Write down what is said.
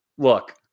Look